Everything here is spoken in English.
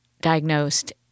diagnosed